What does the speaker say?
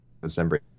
December